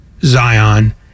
Zion